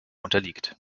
unterliegt